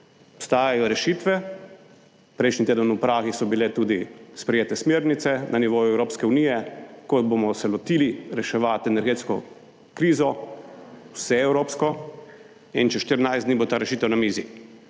obstajajo rešitve. Prejšnji teden v Pragi so bile tudi sprejete smernice na nivoju Evropske unije, ko bomo se lotili reševati energetsko krizo, vse evropsko in čez 14 dni bo ta rešitev na mizi